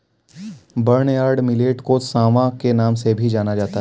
barnyard millet को सांवा के नाम से भी जाना जाता है